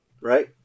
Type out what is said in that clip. Right